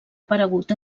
aparegut